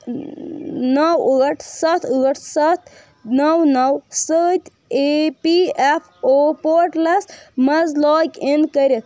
اۭں نَو ٲٹھ سَتھ ٲٹھ سَتھ نَو نَو سۭتۍ E P F O portals مَنٛز لاگ اِن کٔرِتھ